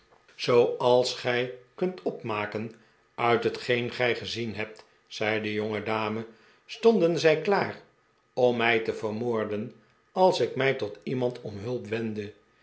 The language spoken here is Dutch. zooals gij kunt opmaken uit hetgeen gij gezien hebt zei de jongedame stonden zij klaar om mij te vermoorden als ik mij tot iemand om hulp wendde